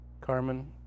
Carmen